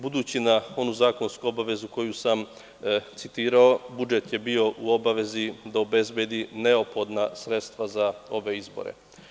Budući na onu zakonsku obavezu koju sam citirao, budžet je bio u obavezi da obezbedi neophodna sredstva za ove izbore.